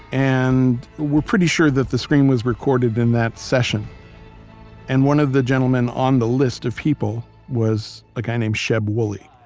and we're pretty sure that the scream was recorded in that session and one of the gentlemen on the list of people, was a guy named sheb wooley,